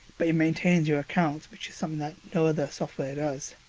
but it maintains your account which is something that no other software does.